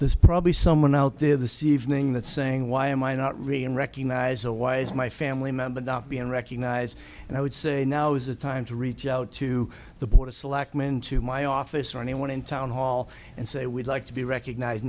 this probably someone out there the c evening that's saying why am i not really and recognize a why is my family member not being recognized and i would say now is the time to reach out to the board of selectmen to my office or anyone in town hall and say we'd like to be recognized